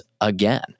again